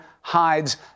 hides